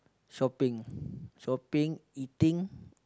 shopping shopping eating